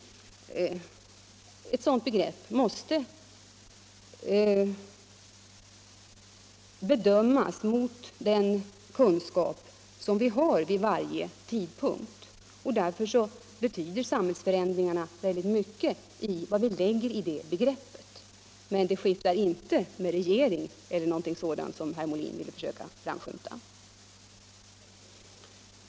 Ett sådant begrepp måste ses mot bakgrund av den kunskap som vi har vid varje tidpunkt, och därför betyder samhällsförändringarna väldigt mycket för vad vi lägger in i det begreppet. Men det skiftar inte med olika regeringar eller på något liknande sätt, som herr Molin försökte antyda.